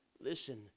listen